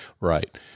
Right